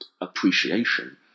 appreciation